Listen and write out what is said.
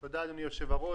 תודה, אדוני היושב-ראש.